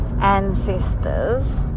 ancestors